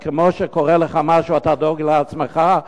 כמו שכשקורה לך משהו אתה דואג לעצמך,